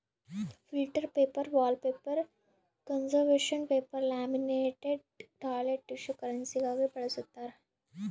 filter paper wallpaper conservation paper laminated toilet tissue ಕರೆನ್ಸಿಗಾಗಿ ಬಳಸ್ತಾರ